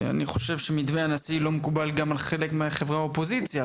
אני חושב שמתווה הנשיא לא מקובל גם על חלק מחברי האופוזיציה,